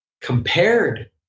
compared